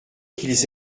qu’ils